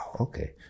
okay